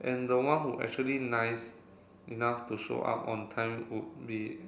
and the one who actually nice enough to show up on time would be